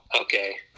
okay